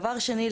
דבר שני,